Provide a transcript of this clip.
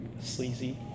sleazy